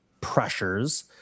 pressures